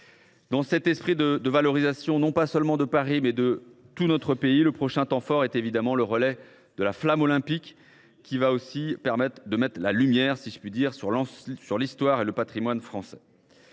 Dans cet esprit de valorisation non pas seulement de Paris, mais de tout notre pays, le prochain temps fort est évidemment le relais de la flamme olympique, qui permettra de jeter la lumière, si je puis dire, sur l’histoire et le patrimoine français.